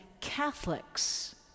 Catholics